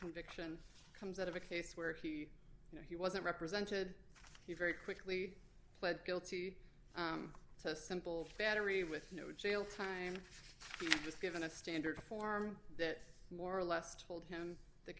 conviction comes out of a case where he you know he wasn't represented he very quickly pled guilty to a simple factory with no jail time just given a standard form that more or less told him the